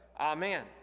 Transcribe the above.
amen